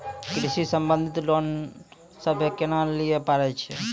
कृषि संबंधित लोन हम्मय केना लिये पारे छियै?